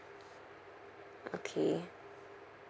okay